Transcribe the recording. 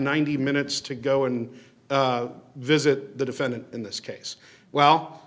ninety minutes to go and visit defendant in this case well